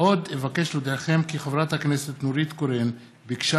עוד אבקש להודיעכם כי חברת הכנסת נורית קורן ביקשה